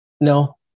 No